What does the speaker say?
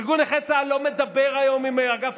ארגון נכי צה"ל לא מדבר היום עם אגף